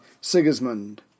Sigismund